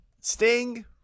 sting